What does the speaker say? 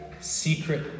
secret